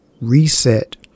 reset